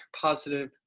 positive